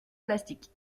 plastique